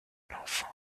l’enfant